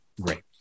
Great